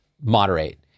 moderate